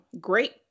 great